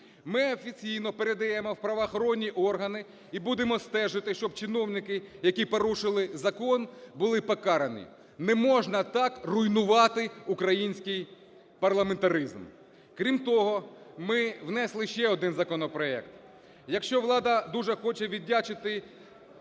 Ми офіційно передаємо в правоохоронні органи і будемо стежити, щоб чиновники, які порушили закон, були покарані. Не можна так руйнувати український парламентаризм. Крім того, ми внесли ще один законопроект. Якщо влада дуже хоче віддячити